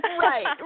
Right